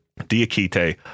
Diakite